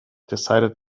decided